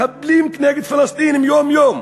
מחבלים נגד פלסטינים יום-יום,